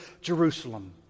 Jerusalem